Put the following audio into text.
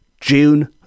June